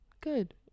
good